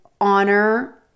honor